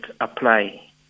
apply